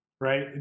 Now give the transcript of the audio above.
right